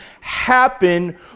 happen